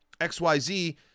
XYZ